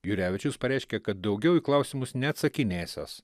jurevičius pareiškė kad daugiau į klausimus neatsakinėsiąs